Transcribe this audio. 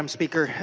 um speaker.